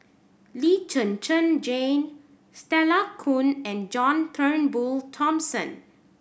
Lee Zhen Zhen Jane Stella Kon and John Turnbull Thomson